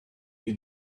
you